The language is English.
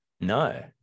No